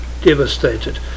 devastated